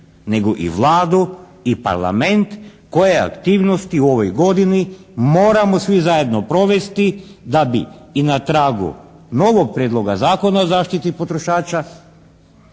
nego i Vladu i Parlament koje aktivnosti u ovoj godini moramo svi zajedno provesti da bi i na tragu novog Prijedloga zakona o zaštiti potrošača